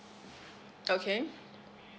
okay